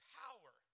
power